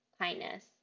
kindness